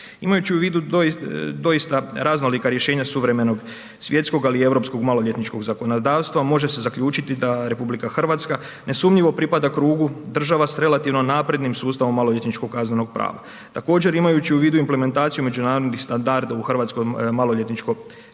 Imajući u vidu doista raznolika rješenja suvremenog svjetskog ali europskog maloljetničkog zakonodavstva, može se zaključiti da RH ne sumnjivo pripada krugu država s relativno naprednim sustavom maloljetničkog kaznenog prava. Također, imajući u vidu implementaciju međunarodnih standarda u hrvatskom maloljetničkom